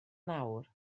nawr